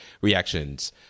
reactions